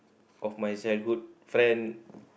of my childhood friend